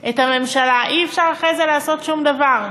את הממשלה, אי-אפשר אחרי זה לעשות שום דבר,